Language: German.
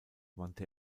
wandte